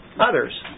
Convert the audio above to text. others